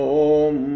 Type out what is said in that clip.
om